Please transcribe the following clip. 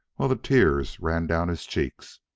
while the tears ran down his cheeks.